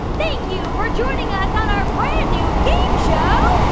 thank you for joining us on our brand new game show.